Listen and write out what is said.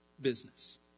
business